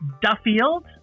Duffield